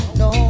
no